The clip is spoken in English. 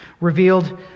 revealed